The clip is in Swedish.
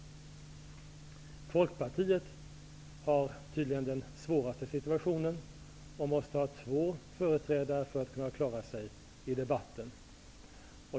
Folkpartiet har tydligen den svåraste situationen, och måste ha två företrädare för att kunna klara sig i debatten.